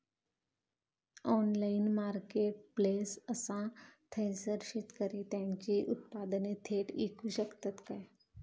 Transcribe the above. Online marketplace असा थयसर शेतकरी त्यांची उत्पादने थेट इकू शकतत काय?